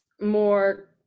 more